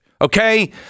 okay